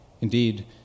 Indeed